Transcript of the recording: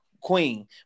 queen